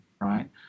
right